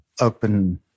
open